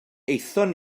aethon